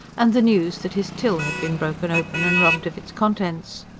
and the news that his till had been broken open and robbed of its contents.